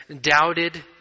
doubted